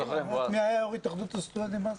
מי היה יו"ר איחוד הסטודנטים אז?